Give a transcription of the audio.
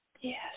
Yes